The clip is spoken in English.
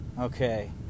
Okay